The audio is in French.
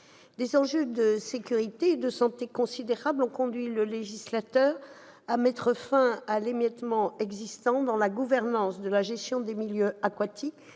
des enjeux de sécurité et de santé considérables ont conduit le législateur à mettre fin à l'émiettement existant dans la gouvernance de la gestion des milieux aquatiques